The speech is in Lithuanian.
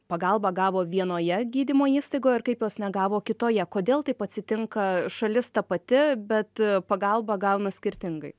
pagalbą gavo vienoje gydymo įstaigoje ir kaip jos negavo kitoje kodėl taip atsitinka šalis ta pati bet pagalbą gauna skirtingai